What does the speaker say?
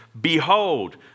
Behold